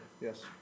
Yes